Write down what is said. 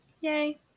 Yay